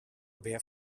wer